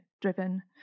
driven